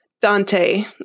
Dante